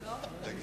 בדיון?